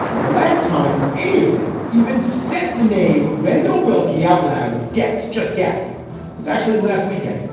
the last time any of them even said the name wendell willkie outloud. guess, just guess was actually last weekend,